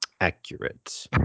accurate